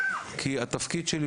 כי התפקיד שלי,